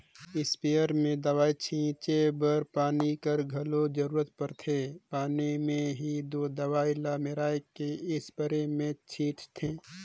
sprayer में दवई छींचे बर पानी कर घलो जरूरत परथे पानी में ही दो दवई ल मेराए के इस्परे मे छींचथें